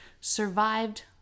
survived